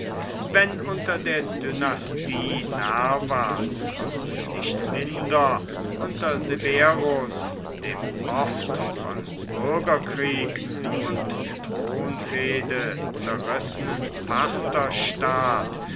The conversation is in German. wenn unter der dynastie nervas und nicht minder unter severus dem oft von bürgerkrieg und thronfehde zerrissenen partherstaat